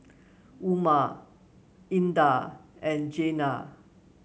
Umar Indah and Jenab